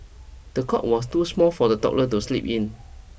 the cot was too small for the toddler to sleep in